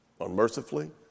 unmercifully